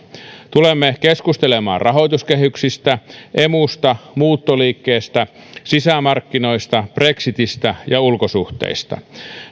tulemme keskustelemaan rahoituskehyksistä emusta muuttoliikkeestä sisämarkkinoista brexitistä ja ulkosuhteista